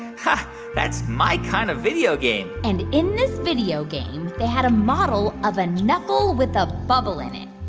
and that's my kind of video game and in this video game, they had a model of an knuckle with a bubble in it.